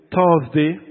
Thursday